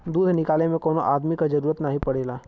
दूध निकाले में कौनो अदमी क जरूरत नाही पड़ेला